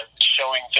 showing